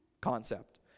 concept